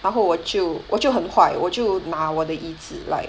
然后我就我就很坏我就拿我的椅子 like